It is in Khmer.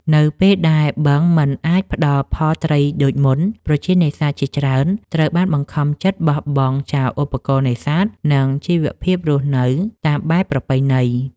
នៅពេលដែលបឹងមិនអាចផ្តល់ផលត្រីដូចមុន ប្រជានេសាទជាច្រើនត្រូវបានបង្ខំចិត្តបោះបង់ចោលឧបករណ៍នេសាទ និងជីវភាពរស់នៅតាមបែបប្រពៃណី។